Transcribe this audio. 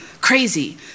Crazy